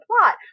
plot